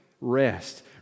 rest